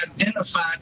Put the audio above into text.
identified